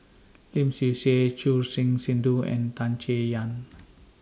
Lim Swee Say Choor Singh Sidhu and Tan Chay Yan